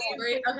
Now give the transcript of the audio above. okay